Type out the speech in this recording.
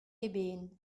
eben